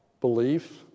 belief